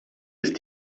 ist